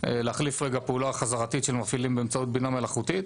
להחליף פעולה חזרתית של מפעילים באמצעות בינה מלאכותית,